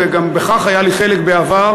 וגם בכך היה לי חלק בעבר,